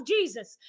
Jesus